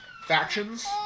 factions